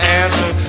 answer